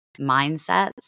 mindsets